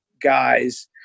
guys